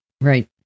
Right